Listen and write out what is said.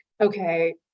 okay